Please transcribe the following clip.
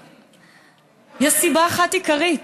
יש סיבה אחת עיקרית,